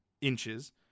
inches